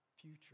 future